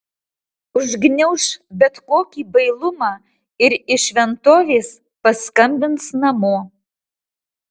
užgniauš bet kokį bailumą ir iš šventovės paskambins namo